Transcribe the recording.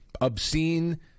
obscene